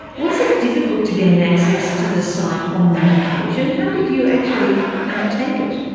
was it difficult to gain access to the site on that occasion? how did you actually undertake it?